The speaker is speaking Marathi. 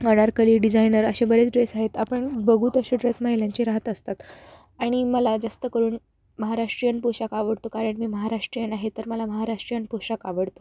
अनारकली डिझायनर असे बरेच ड्रेस आहेत आपण बघूत असे ड्रेस महिलांचे राहत असतात आणि मला जास्त करून महाराष्ट्रीयन पोषाख आवडतो कारण मी महाराष्ट्रीयन आहे तर मला महाराष्ट्रीयन पोषाख आवडतो